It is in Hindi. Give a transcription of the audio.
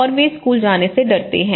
और वे स्कूल जाने से डरते हैं